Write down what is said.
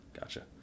Gotcha